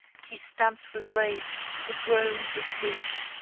he stamped with rage he groaned with grief.